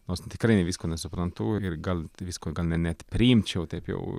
nors tikrai visko nesuprantu ir gal visko gana net priimčiau taip jau